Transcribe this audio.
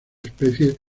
especies